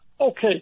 okay